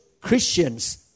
Christians